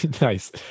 Nice